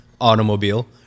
automobile